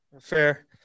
fair